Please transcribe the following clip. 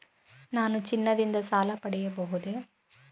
ನಾನು ಚಿನ್ನದಿಂದ ಸಾಲ ಪಡೆಯಬಹುದೇ?